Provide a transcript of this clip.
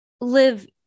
live